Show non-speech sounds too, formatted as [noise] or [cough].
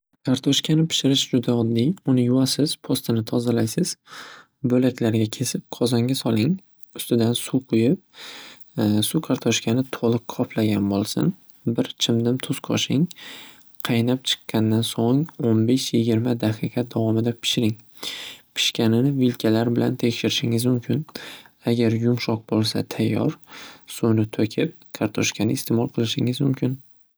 Kartoshkani pishirish juda oddiy uni yuvasiz, po'stini tozalaysiz bo'laklarga kesib qozonga soling. Ustidan suv quyib, [hesitation] suv kartoshkani to'liq qoplagan bo'lsin, bir chimdim tuz qo'shing. Qaynab chiqgandan so'ng, o'n besh, yigirma daqiqa davomida pishiring. Pishganini vilkalar bilan tekshirishingiz mumkin. Agar yumshoq bo'lsa tayyor suvni to'kib kartoshkani iste'mol qilishingiz mumkin.